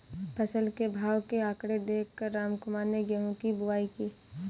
फसल के भाव के आंकड़े देख कर रामकुमार ने गेहूं की बुवाई की